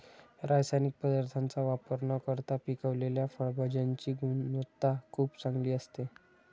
रासायनिक पदार्थांचा वापर न करता पिकवलेल्या फळभाज्यांची गुणवत्ता खूप चांगली असते